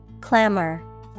Clamor